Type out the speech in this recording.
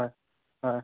হয় হয়